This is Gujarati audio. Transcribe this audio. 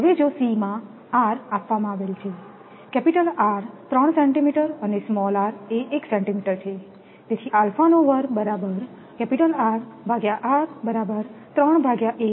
હવે જો C માં r આપવામાં આવેલ છે કેપિટલ R 3 સેન્ટિમીટર અને સ્મોલ r એ ૧ સેન્ટિમીટર છે તેથી31 એટલે બરાબર 1